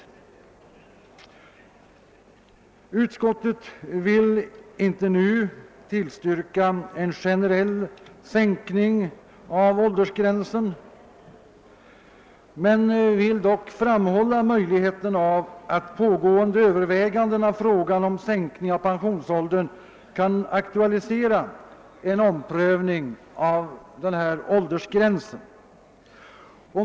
Utskottet vill inte nu tillstyrka förslaget om en generell sänkning av åldersgränsen men vill dock framhålla möjligheten av att pågående överväganden av frågan om sänkning av pensionsåldern kan aktualisera en omprövning av denna åldersgräns.